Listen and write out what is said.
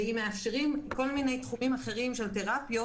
אם מאפשרים כל מיני תחומים אחרים של תרפיות